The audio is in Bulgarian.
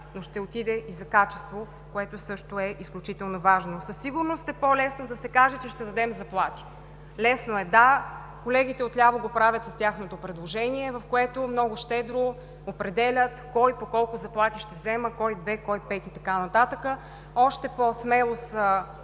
но ще отиде и за качество, което също е изключително важно. Със сигурност е по-лесно да се каже, че ще дадем заплати. Лесно е, да. Колегите от ляво го правят с тяхното предложение, в което много щедро определят кой по колко заплати ще взема – кой две, кой пет и така нататък. Още по-смело са